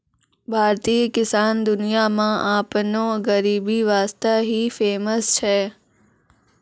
भारतीय किसान दुनिया मॅ आपनो गरीबी वास्तॅ ही फेमस छै